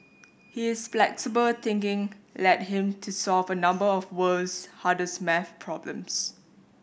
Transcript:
his flexible thinking led him to solve a number of the world's hardest maths problems